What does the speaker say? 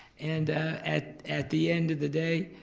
and at at the end of the day,